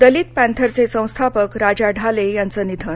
दलित पॅंथरचे संस्थापक राजा ढाले यांचं निधन